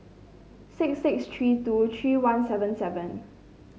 six six three two three one seven seven